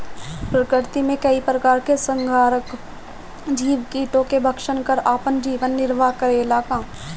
प्रकृति मे कई प्रकार के संहारक जीव कीटो के भक्षन कर आपन जीवन निरवाह करेला का?